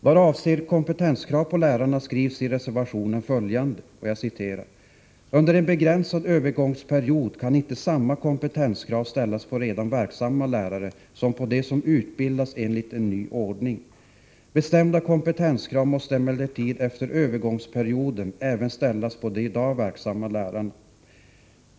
Vad avser kompetenskrav på lärarna skrivs i reservationen följande: ”Under en begränsad övergångsperiod kan inte samma kompetenskrav ställas på redan verksamma lärare som på de lärare som utbildas enligt en ny ordning. Bestämda kompetenskrav måste emellertid efter övergångsperioden även ställas på de i dag verksamma lärarna.